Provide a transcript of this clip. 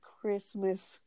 Christmas